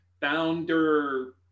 founder